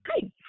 Hi